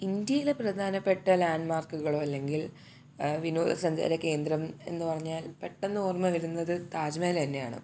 ഇന്ത്യയിലെ പ്രധാനപ്പെട്ട ലാൻ്റ്മാർക്കുകളോ അല്ലെങ്കിൽ വിനോദസഞ്ചാരകേന്ദ്രം എന്ന് പറഞ്ഞാൽ പെട്ടെന്ന് ഓർമ്മവരുന്നത് താജ്മഹൽ തന്നെയാണ്